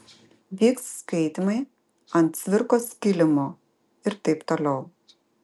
vyks skaitymai ant cvirkos kilimo ir taip toliau